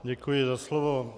Děkuji za slovo.